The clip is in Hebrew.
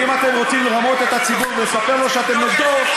ואם אתם רוצים לרמות את הציבור ולספר לו שאתם נגדו,